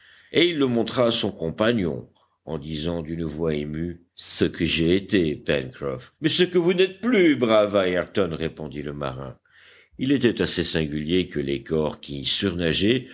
et il le montra à son compagnon en disant d'une voix émue ce que j'ai été pencroff mais ce que vous n'êtes plus brave ayrton répondit le marin il était assez singulier que les corps qui